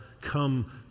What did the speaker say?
come